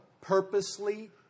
purposely